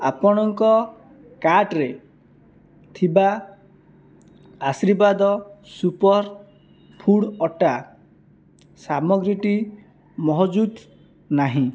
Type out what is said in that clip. ଆପଣଙ୍କ କାର୍ଟ୍ରେ ଥିବା ଆଶୀର୍ବାଦ ସୁପରଫୁଡ଼୍ ଅଟା ସାମଗ୍ରୀଟି ମହଜୁଦ ନାହିଁ